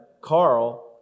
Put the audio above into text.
Carl